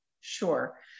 Sure